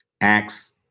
Acts